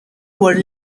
were